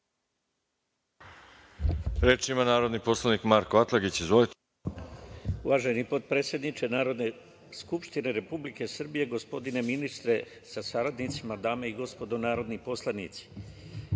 Reč ima narodni poslanik Marko Atlagić. Izvolite. **Marko Atlagić** Uvaženi potpredsedniče Narodne skupštine Republike Srbije, gospodine ministre sa saradnicima, dame i gospodo narodni poslanici,